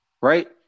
right